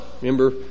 Remember